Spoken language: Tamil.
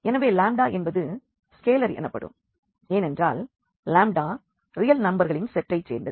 எனவே என்பது ஸ்கேலர் எனப்படும் ஏனென்றால் ரியல் நம்பர்களின் செட்டை சேர்ந்தது